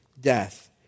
death